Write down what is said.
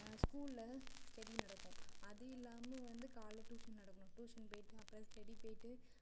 ஸ்கூலில் ஸ்டெடி நடக்கும் அது இல்லாமல் வந்து காலையில் ட்யூஷன் நடக்கும் ட்யூஷன் போய்விட்டு அப்புறம் ஸ்டெடி போயிட்டு